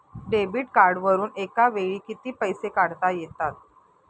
Debit कार्डवरुन एका वेळी किती पैसे काढता येतात?